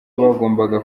abagombaga